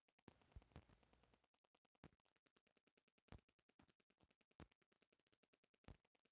bank के agent कर लेवे खातिर भी ग्राहक लगे जा के कर के वसूली करेलन